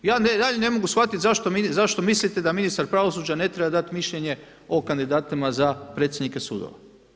Ja ne mogu shvatit zašto mislite da ministar pravosuđa ne treba dat mišljenje o kandidatima za predsjednike sudova.